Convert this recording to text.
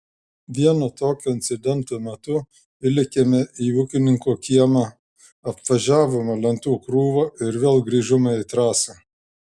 vieno tokio incidento metu įlėkėme į ūkininko kiemą apvažiavome lentų krūvą ir vėl grįžome į trasą